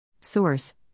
Source